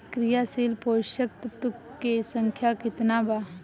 क्रियाशील पोषक तत्व के संख्या कितना बा?